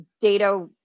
data